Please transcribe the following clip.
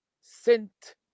Saint